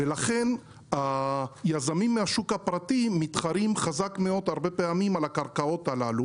לכן היזמים מן השוק הפרטי מתחרים חזק מאוד הרבה פעמים על הקרקעות הללו